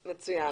מצוין.